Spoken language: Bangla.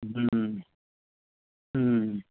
হুম হুম হুম